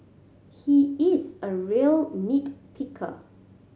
he is a real nit picker